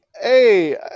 hey